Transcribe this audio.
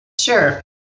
Sure